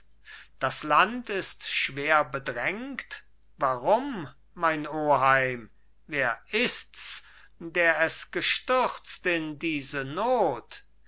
das land ist schwer bedrängt warum mein oheim wer ist's der es gestürzt in diese not